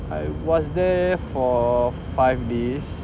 I was there for five days